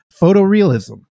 photorealism